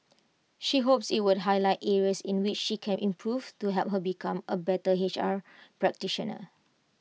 she hopes IT would highlight areas in which she can improve to help her become A better H R practitioner